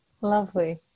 lovely